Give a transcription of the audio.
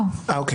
לא.